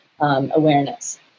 awareness